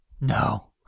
No